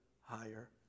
higher